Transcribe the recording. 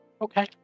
Okay